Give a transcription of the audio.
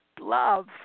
love